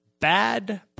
bad